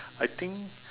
I think